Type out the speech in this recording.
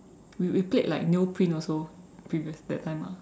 we we played like Neoprint also previous that time ah